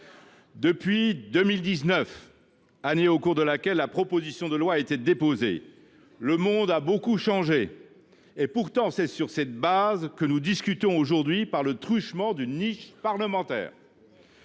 Depuis 2019, année au cours de laquelle le projet de loi a été déposé, le monde a beaucoup changé. C’est pourtant du même texte que nous discutons aujourd’hui, dans le cadre d’une niche parlementaire.